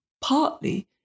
partly